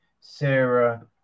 Sarah